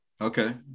Okay